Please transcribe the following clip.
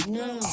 no